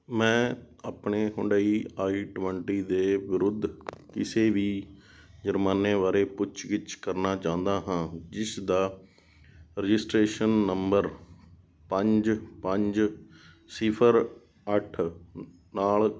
ਮੈਂ ਆਪਣੇ Hyundai i twenty ਦੇ ਵਿਰੁੱਧ ਕਿਸੇ ਵੀ ਜੁਰਮਾਨੇ ਬਾਰੇ ਪੁੱਛਗਿੱਛ ਕਰਨਾ ਚਾਹੁੰਦਾ ਹਾਂ ਜਿਸ ਦਾ ਰਜਿਸਟ੍ਰੇਸ਼ਨ ਨੰਬਰ ਪੰਜ ਪੰਜ ਸਿਫ਼ਰ ਅੱਠ ਨਾਲ